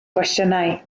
gwestiynau